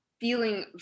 feeling